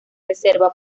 reserva